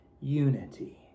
unity